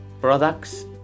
products